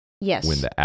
Yes